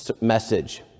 message